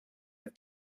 have